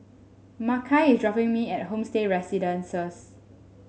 Makai is dropping me off at Homestay Residences